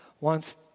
wants